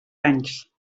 anys